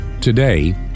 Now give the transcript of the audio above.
today